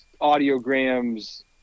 audiograms